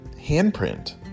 handprint